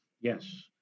Yes